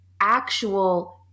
actual